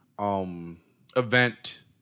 event